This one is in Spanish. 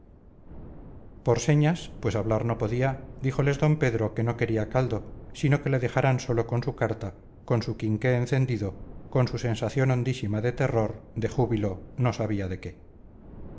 por señas pues hablar no podía díjoles d pedro que no quería caldo sino que le dejaran solo con su carta con su quinqué encendido con su sensación hondísima de terror de júbilo no sabía de qué